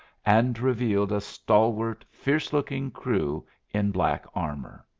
and revealed a stalwart, fierce-looking crew in black armour.